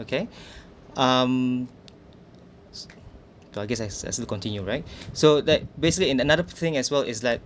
okay um I guess as I still continue right so that basically in another thing as well is that